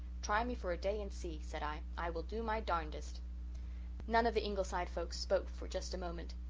try me for a day and see said i. i will do my darnedest none of the ingleside folks spoke for just a moment.